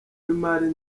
w’imali